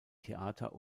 theater